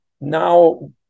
now